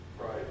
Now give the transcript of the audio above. Right